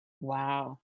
wow